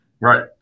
Right